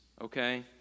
okay